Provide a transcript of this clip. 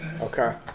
Okay